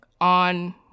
on